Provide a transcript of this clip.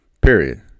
Period